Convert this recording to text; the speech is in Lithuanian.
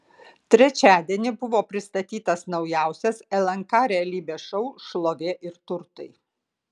trečiadienį buvo pristatytas naujausias lnk realybės šou šlovė ir turtai